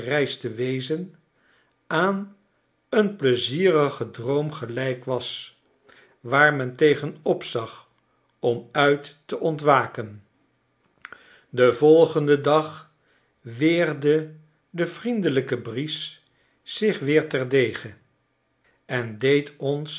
reis te wezen aan een pleizierigen droom gelijk was waar men tegen opzag om uit te ontwaken den volgenden dag weerde de vriendelijke bries zich weer terdege en deed ons